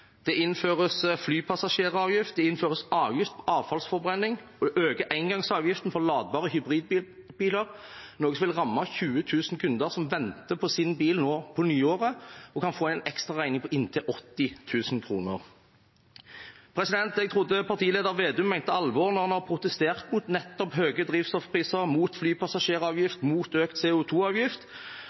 Det innføres flypassasjeravgift, det innføres avgift på avfallsforbrenning, og engangsavgiften for ladbare hybridbiler økes – noe som vil ramme 20 000 kunder som venter bilen sin nå på nyåret, og som kan få en ekstraregning på inntil 80 000 kr. Jeg har trodd at partileder Vedum har ment alvor når han har protestert mot nettopp høye drivstoffpriser, flypassasjeravgift